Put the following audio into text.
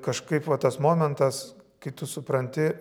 kažkaip va tas momentas kai tu supranti